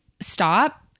stop